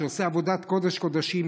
שעושה עבודת קודש קודשים,